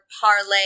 parlay